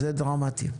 זה דרמטי.